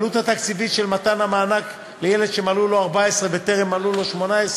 העלות התקציבית של מתן המענק לילד שמלאו לו 14 וטרם מלאו לו 18,